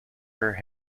her